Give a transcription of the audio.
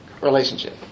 relationship